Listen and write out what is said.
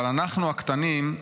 אבל אנחנו הקטנים,